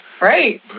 Right